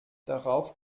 darauf